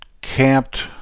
camped